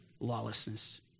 lawlessness